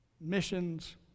missions